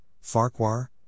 Farquhar